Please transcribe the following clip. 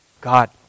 God